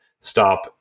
stop